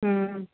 हूं